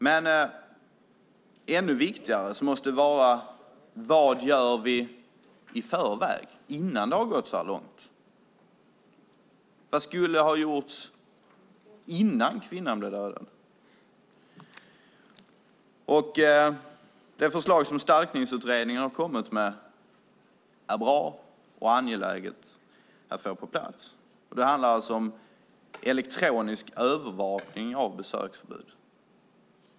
Men det måste vara ännu viktigare vad vi gör i förväg innan det har gått så här långt. Vad skulle ha gjorts innan kvinnan blev dödad? Det förslag som Stalkningsutredningen har kommit med är bra och angeläget att få på plats. Det handlar om elektronisk övervakning av besökförbud.